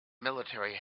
military